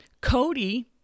Cody